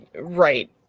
Right